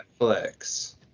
netflix